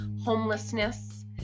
homelessness